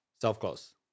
Self-close